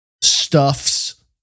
stuffs